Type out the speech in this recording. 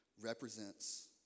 represents